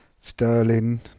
Sterling